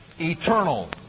eternal